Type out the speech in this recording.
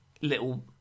little